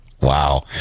Wow